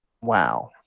Wow